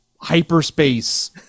hyperspace